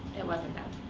it wasn't them.